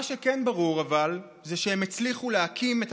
אבל מה שכן ברור הוא שהם הצליחו להקים את